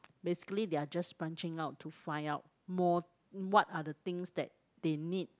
basically they are just branching out to find out more what are the things that they need